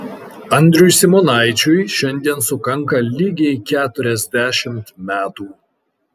andriui simonaičiui šiandien sukanka lygiai keturiasdešimt metų